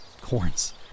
corns